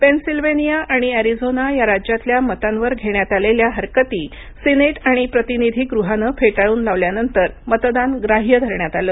Pennsylvania आणि Arizona या राज्यातल्या मतांवर घेण्यात आलेल्या हरकती सीनेट आणि प्रतिनिधी गृहानं फेटाळून लावल्यानंतर मतदान ग्राह्य धरण्यात आलं